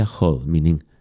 meaning